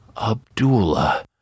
Abdullah